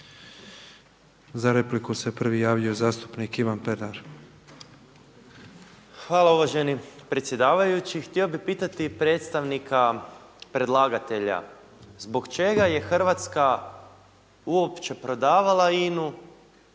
Za repliku je prvi javio zastupnik Ivan Pernar. **Pernar, Ivan (Živi zid)** Hvala predsjedavajući. Htio bi pitati predstavnika predlagatelja, zbog čega je Hrvatska uopće prodavala INA-u